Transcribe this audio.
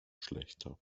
schlechter